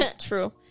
true